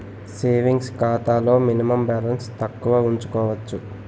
savings ఖాతాలో minimum balance తక్కువ ఉంచుకోవచ్చు